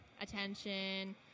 attention